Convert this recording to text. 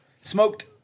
Smoked